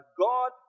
God